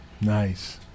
nice